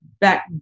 back